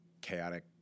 chaotic